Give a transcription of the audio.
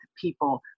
people